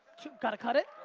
gotta cut it?